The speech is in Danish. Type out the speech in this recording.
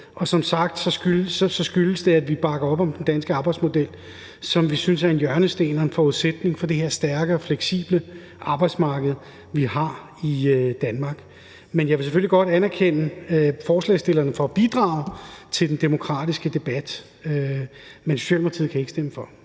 og som sagt skyldes det, at vi bakker op om den danske arbejdsmodel, som vi synes er en hjørnesten og en forudsætning for det her stærke og fleksible arbejdsmarked, vi har i Danmark. Men jeg vil selvfølgelig godt anerkende forslagsstillerne for at bidrage til den demokratiske debat. Men Socialdemokratiet kan ikke stemme for.